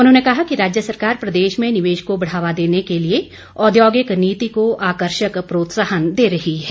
उन्होंने कहा कि राज्य सरकार प्रदेश में निवेश को बढ़ावा देने के लिए औद्योगिक नीति को आकर्षक प्रोत्साहन दे रही है